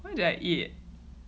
what did I eat